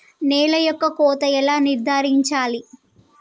నేల యొక్క కోత ఎలా నిర్ధారించాలి?